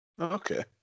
Okay